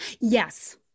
Yes